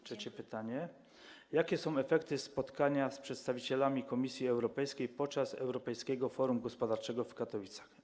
Trzecie pytanie: Jakie są efekty spotkania z przedstawicielami Komisji Europejskiej podczas europejskiego forum gospodarczego w Katowicach?